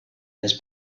his